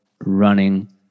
running